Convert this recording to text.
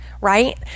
right